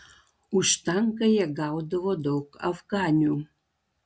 už tanką jie gaudavo daug afganių